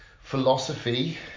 philosophy